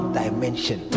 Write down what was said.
dimension